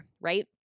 right